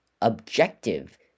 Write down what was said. objective